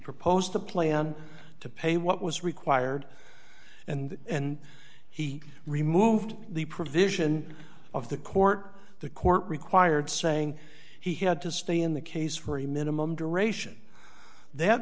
proposed a plan to pay what was required and and he removed the provision of the court the court required saying he had to stay in the case for a minimum duration th